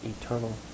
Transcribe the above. eternal